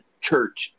church